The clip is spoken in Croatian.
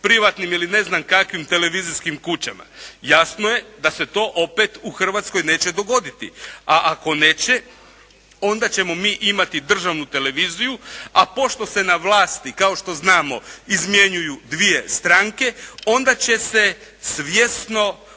privatnim ili ne znam kakvim televizijskim kućama. Jasno je da se to opet u Hrvatskoj neće dogoditi. A ako neće onda ćemo mi imati državnu televiziju. A pošto se na vlasti kao što znamo izmjenjuju dvije stranke onda će se svjesno preferirati